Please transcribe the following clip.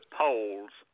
polls